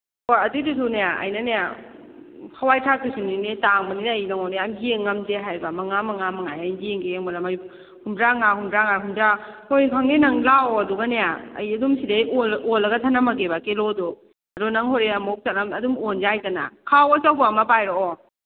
ꯍꯣꯏ ꯑꯗꯨꯏꯗꯨꯁꯨꯅꯦ ꯑꯩꯅꯅꯦ ꯍꯋꯥꯏ ꯊ꯭ꯔꯥꯛꯇꯨꯁꯨꯅꯤꯅꯦ ꯇꯥꯡꯕꯅꯤꯅ ꯑꯩ ꯅꯉꯣꯟꯗ ꯌꯥꯝ ꯌꯦꯡ ꯉꯝꯗꯦ ꯍꯥꯏꯕ ꯃꯉꯥ ꯃꯉꯥꯃ ꯉꯥꯏꯔꯦ ꯑꯩ ꯌꯦꯡꯒꯦ ꯌꯦꯡꯕꯗ ꯍꯨꯝꯗ꯭ꯔꯥꯉꯥ ꯍꯨꯝꯗ꯭ꯔꯥꯉꯥ ꯍꯨꯝꯗ꯭ꯔꯥ ꯍꯣꯏ ꯐꯪꯅꯤ ꯂꯥꯛꯑꯣ ꯅꯪ ꯑꯗꯨꯒꯅꯦ ꯑꯩ ꯑꯗꯨꯝ ꯁꯤꯗꯩ ꯑꯣꯜꯂ ꯑꯣꯜꯂꯒ ꯊꯅꯝꯃꯒꯦꯕ ꯀꯤꯂꯣꯗꯣ ꯑꯗꯨ ꯍꯣꯔꯦꯟ ꯅꯪ ꯑꯃꯨꯛ ꯆꯠꯂꯝ ꯑꯗꯨꯝ ꯑꯣꯟ ꯌꯥꯏꯗꯅ ꯈꯥꯎ ꯑꯆꯧꯕ ꯑꯃ ꯄꯥꯏꯔꯛꯑꯣ